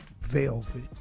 velvet